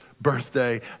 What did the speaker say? birthday